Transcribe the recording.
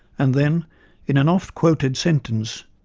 and then in an often quoted sentence,